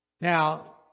Now